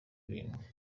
irindwi